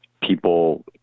people